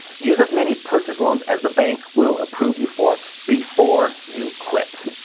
use as many purchase loans as the bank will approve you for before you quit.